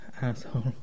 Asshole